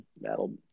That'll